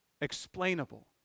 explainable